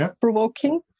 provoking